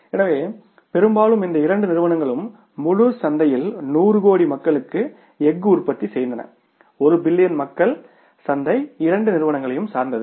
எனவே பெரும்பாலும் இந்த இரண்டு நிறுவனங்களும் முழு சந்தையில் நூறு கோடி மக்களுக்கு எஃகு உற்பத்தி செய்தன 1 பில்லியன் மக்கள் சந்தை இரண்டு நிறுவனங்களையும் சார்ந்தது